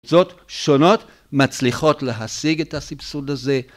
‫זאת שונות מצליחות להשיג ‫את הסבסוד הזה.